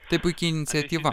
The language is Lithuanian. tai puiki iniciatyva